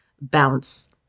bounce